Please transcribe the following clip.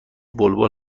بلبل